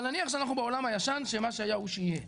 אבל נניח שאנחנו בעולם הישן שמה שהיה הוא שיהיה,